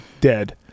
dead